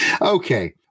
okay